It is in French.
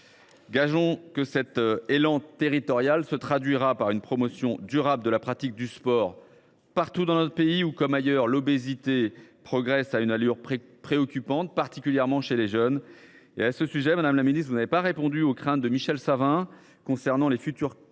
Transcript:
Gageons que cet élan territorial se traduira par une promotion durable de la pratique du sport partout dans notre pays, où, comme ailleurs, l’obésité progresse à une allure préoccupante, particulièrement chez les jeunes. À ce sujet, madame la ministre, vous n’avez pas répondu aux craintes de Michel Savin concernant les coupes